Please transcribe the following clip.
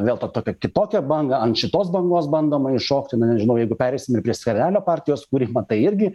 vėl tą tokią kitokią bangą ant šitos bangos bandoma iššokti na nežinau jeigu pereisime prie skvernelio partijos kuri matai irgi